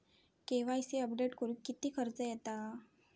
KYC update करुक किती खर्च येता?